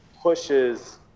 pushes